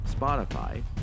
Spotify